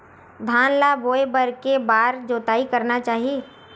धान ल बोए बर के बार जोताई करना चाही?